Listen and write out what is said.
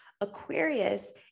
Aquarius